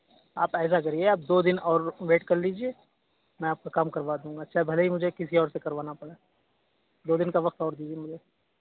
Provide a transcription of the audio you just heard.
آپ ایسا کرئیے آپ دو دن اور رک ویٹ کر لیجیے میں آپ کا کام کروا دوں گا چاہے بھلے ہی مجھے کسی اور سے کروانا پڑے دو دن کا وقت اور دیجیے مجھے